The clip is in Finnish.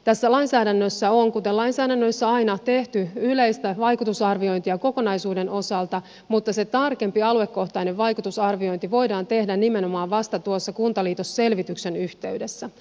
tässä lainsäädännössä on kuten lainsäädännöissä aina tehty yleistä vaikutusarviointia kokonaisuuden osalta mutta se tarkempi aluekohtainen vaikutusarviointi voidaan tehdä nimenomaan vasta tuossa kuntaliitosselvityksen yhteydessä